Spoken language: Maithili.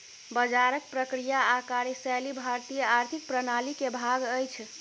बजारक प्रक्रिया आ कार्यशैली भारतीय आर्थिक प्रणाली के भाग अछि